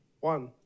one